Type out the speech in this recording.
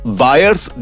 buyers